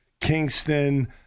Kingston